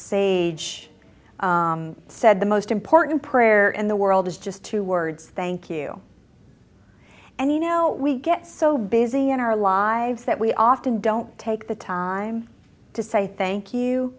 sage said the most important prayer in the world is just two words thank you and you know we get so busy in our lives that we often don't take the time to say thank you